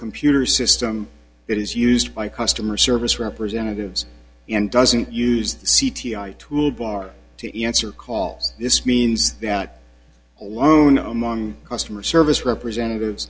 computer system that is used by customer service representatives and doesn't use the tool bar to answer calls this means that alone among customer service representative